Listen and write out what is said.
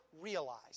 realize